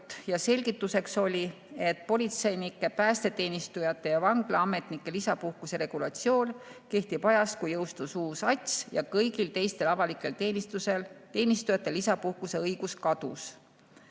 Selgituseks oli, et politseinike, päästeteenistujate ja vanglaametnike lisapuhkuse regulatsioon kehtib ajast, kui jõustus uus ATS ja kõigis teistes avalikes teenistustes teenistujate lisapuhkuse õigus kadus.